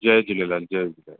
जय झूलेलाल जय झूलेलाल